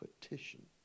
petition